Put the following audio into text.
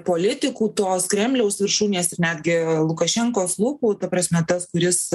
politikų tos kremliaus viršūnės ir netgi lukašenkos lūpų ta prasme tas kuris